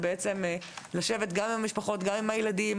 ובעצם לשבת גם עם המשפחות וגם עם הילדים